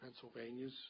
Pennsylvania's